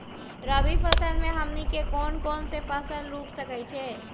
रबी फसल में हमनी के कौन कौन से फसल रूप सकैछि?